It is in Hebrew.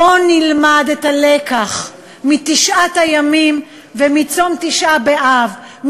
בואו נלמד את הלקח מתשעת הימים ומצום תשעה באב,